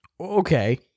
Okay